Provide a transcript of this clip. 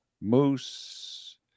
moose